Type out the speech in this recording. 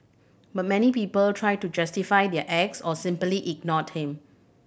but many people try to justify their acts or simply ignored him